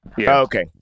Okay